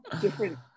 different